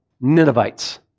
Ninevites